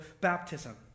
baptism